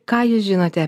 ką jūs žinote